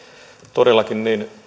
todellakin meillä